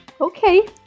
Okay